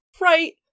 Right